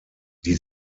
die